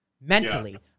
mentally